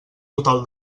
total